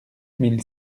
mille